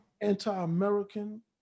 anti-american